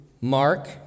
Mark